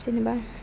जेनेबा